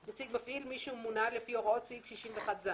"נציג מפעיל" מי שמונה לפי הוראות סעיף 61ז,